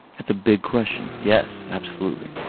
that's a big question. yes. absolutely.